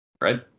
Right